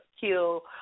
kill